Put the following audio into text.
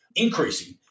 increasing